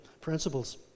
principles